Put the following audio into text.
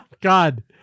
God